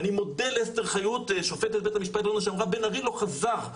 ואני מודה לאסתר חיות שופטת בית המשפט העליון שאמרה 'בן ארי לא חזר בו',